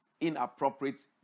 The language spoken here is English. inappropriate